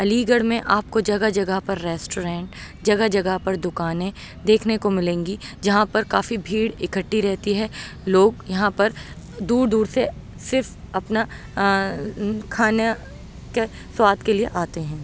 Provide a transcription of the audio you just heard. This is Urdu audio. علی گڑھ میں آپ کو جگہ جگہ پر ریسٹورینٹ جگہ جگہ پر دکانیں دیکھنے کو ملیں گی جہاں پر کافی بھیڑ اکٹھی رہتی ہے لوگ یہاں پر دور دور سے صرف اپنا کھانا کے سواد کے لیے آتے ہیں